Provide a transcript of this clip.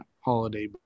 holiday